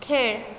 खेळ